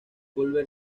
culver